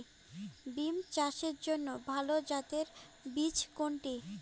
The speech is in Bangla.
বিম চাষের জন্য ভালো জাতের বীজ কোনটি?